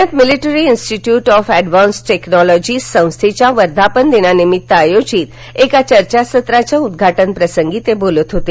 पुण्यात military institute of advance technology संस्थेच्या वर्धापनदिनानिमित्त आयोजित चर्चासत्राच्या उदघाटन प्रसंगी ते बोलत होते